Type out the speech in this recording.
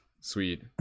Sweet